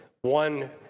one